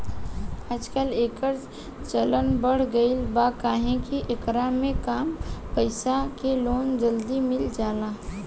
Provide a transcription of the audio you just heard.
आजकल, एकर चलन बढ़ गईल बा काहे कि एकरा में कम पईसा के लोन जल्दी मिल जाला